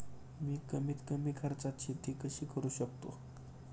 मी कमीत कमी खर्चात शेती कशी करू शकतो?